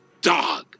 dog